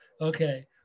Okay